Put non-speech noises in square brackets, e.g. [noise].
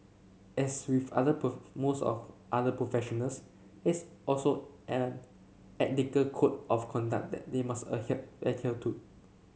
as with other [unintelligible] other professionals is also an ethical code of conduct that they must adhere adhere to